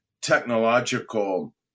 technological